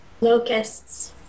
Locusts